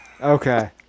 Okay